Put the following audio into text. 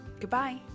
Goodbye